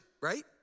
right